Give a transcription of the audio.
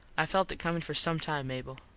i felt it comin for some time mable.